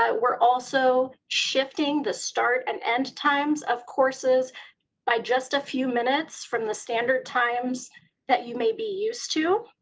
ah we're also shifting the start and end times of courses by just a few minutes from the standard times that you may be used to.